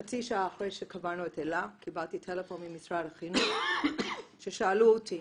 חצי שעה אחרי שקברנו את אלה קיבלתי טלפון ממשרד החינוך ששאלו אותי